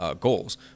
goals